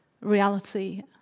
reality